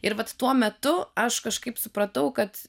ir vat tuo metu aš kažkaip supratau kad